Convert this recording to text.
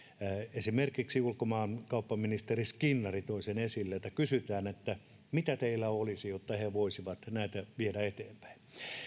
esimerkiksi ulkomaankauppaministeri skinnari toi sen esille että mitä teillä olisi jotta he voisivat näitä viedä eteenpäin